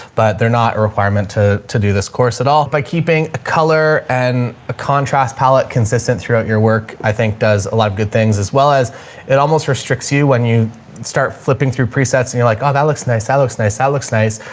but they're not requirement to to do this course at all by keeping a color and a contrast pallet consistent throughout your work i think does a lot of good things as well as it almost restricts you when you start flipping through presets and you're like, oh that looks nice, that looks nice, that looks nice.